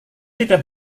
tidak